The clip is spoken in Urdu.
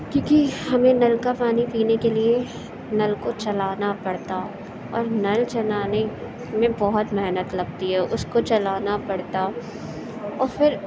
کیوںکہ ہمیں نل کا پانی پینے کے لیے نل کو چلانا پڑتا اور نل چلانے میں بہت محنت لگتی ہے اس کو چلانا پڑتا اور پھر